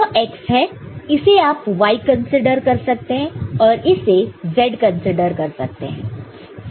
तो यह x है इसे आप y कंसीडर कर सकते हैं और इससे z कंसीडर कर सकते हैं